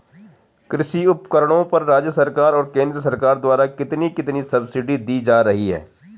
कृषि उपकरणों पर राज्य सरकार और केंद्र सरकार द्वारा कितनी कितनी सब्सिडी दी जा रही है?